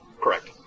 correct